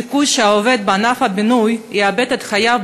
הסיכוי שעובד בענף הבינוי יאבד את חייו